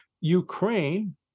Ukraine